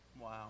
Wow